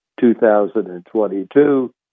2022